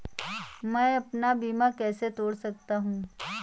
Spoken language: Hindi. मैं अपना बीमा कैसे तोड़ सकता हूँ?